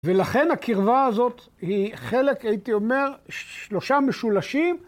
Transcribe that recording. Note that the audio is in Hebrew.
‫ולכן הקרבה הזאת היא חלק, ‫הייתי אומר, שלושה משולשים.